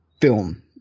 film